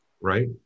right